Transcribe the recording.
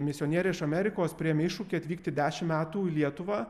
misionieriai iš amerikos priėmė iššūkį atvykti dešim metų į lietuvą